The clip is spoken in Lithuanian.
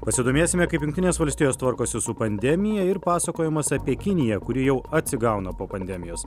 pasidomėsime kaip jungtinės valstijos tvarkosi su pandemija ir pasakojimas apie kiniją kuri jau atsigauna po pandemijos